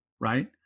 right